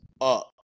up